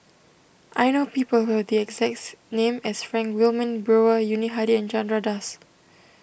I know people who have the exact name as Frank Wilmin Brewer Yuni Hadi and Chandra Das